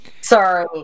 Sorry